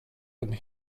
and